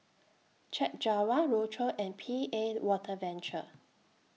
Chek Jawa Rochor and P A Water Venture